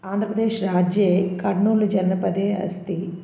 आन्ध्रप्रदेशराज्ये कर्नूलजनपदे अस्ति